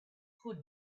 who